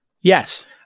Yes